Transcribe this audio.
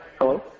Hello